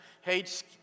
hates